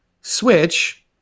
Switch